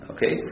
Okay